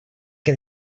què